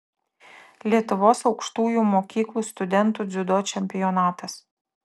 lietuvos aukštųjų mokyklų studentų dziudo čempionatas